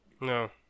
No